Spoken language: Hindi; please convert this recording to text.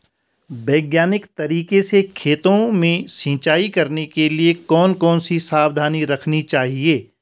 वैज्ञानिक तरीके से खेतों में सिंचाई करने के लिए कौन कौन सी सावधानी रखनी चाहिए?